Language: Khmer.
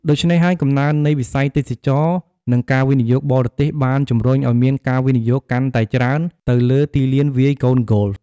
ដូច្នេះហើយ កំណើននៃវិស័យទេសចរណ៍ និងការវិនិយោគបរទេសបានជំរុញឲ្យមានការវិនិយោគកាន់តែច្រើនទៅលើទីលានវាយកូនហ្គោល។